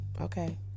okay